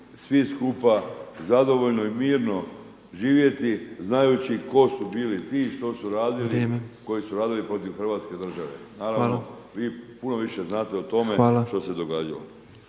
svi skupa zadovoljno i mirno živjeti znajući tko su bili ti, što su radili … /Upadica Petrov: Vrijeme./ … koji su radili protiv Hrvatske države. Naravno vi puno više znate o tome što se događalo.